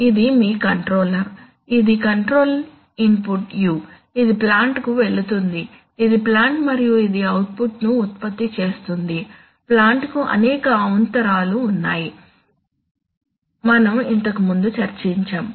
ఇది మీ కంట్రోలర్ ఇది కంట్రోల్ ఇన్పుట్ u ఇది ప్లాంట్ కు వెళుతుంది ఇది ప్లాంట్ మరియు ఇది ఔట్పుట్ ను ఉత్పత్తి చేస్తుంది ప్లాంట్ కు అనేక అవాంతరాలు ఉన్నాయని మనం ఇంతకుముందు చర్చించాము